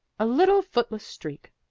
a little footless streak!